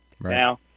Now